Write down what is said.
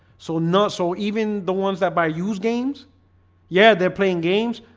so not so even the ones that buy used games yeah, they're playing games.